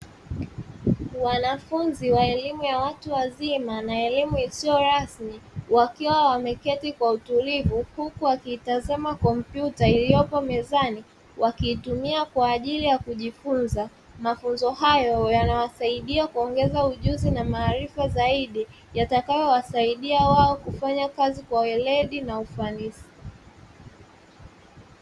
Wanafunzi wa elimu ya watu wazima na elimu isiyo rasmi wakiwa wameketi kwa utulivu, huku wakitazama kompyuta iliyopo mezani wakiitumia kwa ajili ya kujifunza mafunzo hayo yanawasaidia kuongeza ujuzi na maarifa zaidi yatakaowasaidia wao kufanya kazi kwa weledi na ufanisi.